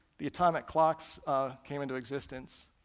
the atomic clocks came into existence.